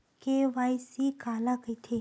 KYC काला कइथे?